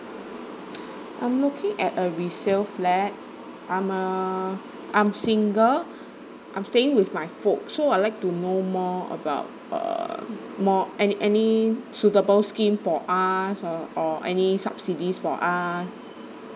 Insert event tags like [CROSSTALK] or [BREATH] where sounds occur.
[BREATH] I'm looking at a resale flat I'm uh I'm single I'm staying with my folk so I'd like to know more about uh more any any suitable scheme for us or or any subsidy for us